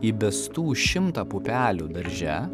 įbestų šimtą pupelių darže